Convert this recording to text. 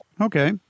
Okay